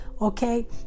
Okay